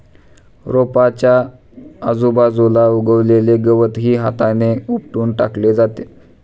रोपाच्या आजूबाजूला उगवलेले गवतही हाताने उपटून टाकले जाते